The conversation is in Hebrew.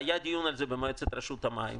היה על זה דיון במועצת רשות המים.